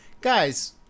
guys